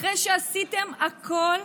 אחרי שעשיתם הכול,